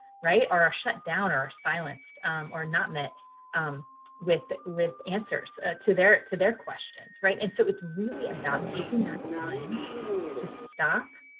right? or are shut down or silenced or not met with with answers to their to their questions. right? and so it's really about taking that time to stop,